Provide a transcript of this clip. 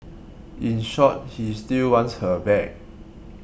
in short he still wants her back